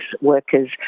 workers